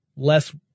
less